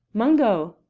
mungo!